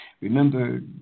Remember